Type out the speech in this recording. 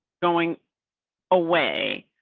going away,